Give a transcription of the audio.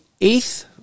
eighth